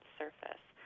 surface